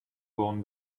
born